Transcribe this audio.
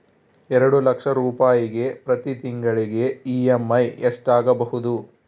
ಎರಡು ಲಕ್ಷ ರೂಪಾಯಿಗೆ ಪ್ರತಿ ತಿಂಗಳಿಗೆ ಇ.ಎಮ್.ಐ ಎಷ್ಟಾಗಬಹುದು?